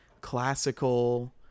classical